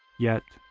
yet,